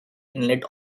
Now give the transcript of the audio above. inlet